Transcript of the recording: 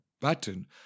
button